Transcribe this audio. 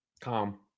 Calm